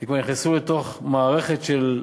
כי כבר נכנסו לתוך מערכת של,